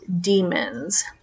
demons